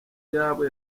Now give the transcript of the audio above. y’abo